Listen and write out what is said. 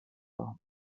machen